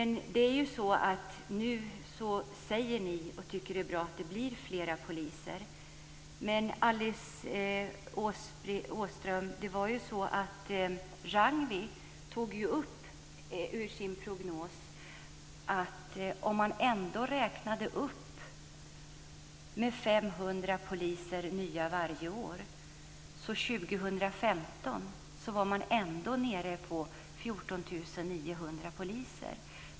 Nu säger ni att det blir fler poliser och tycker att det är bra. Men, Alice Åström, Ragnwi tog ju upp prognosen att även om man räknar upp med 500 nya poliser varje år är man ändå år 2015 nere på 14 900 poliser.